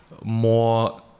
more